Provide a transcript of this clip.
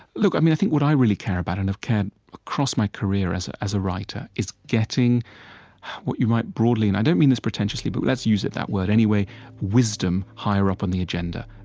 look, i mean, i think what i really care about and have cared across my career as ah as a writer is getting what you might broadly and i don't mean this pretentiously, but let's use that word anyway wisdom higher up on the agenda,